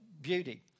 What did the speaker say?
beauty